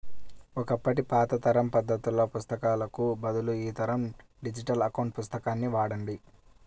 ఒకప్పటి పాత తరం పద్దుల పుస్తకాలకు బదులు ఈ తరం డిజిటల్ అకౌంట్ పుస్తకాన్ని వాడండి